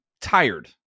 tired